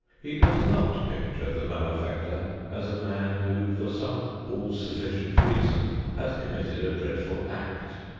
he does not picture the malefactor as a man who, for some all-sufficient reason, has committed a dreadful act.